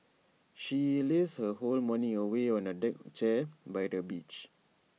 she lazed her whole morning away on A deck chair by the beach